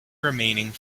remaining